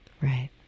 Right